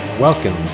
Welcome